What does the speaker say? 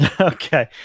okay